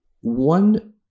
One